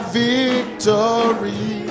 victory